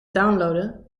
downloaden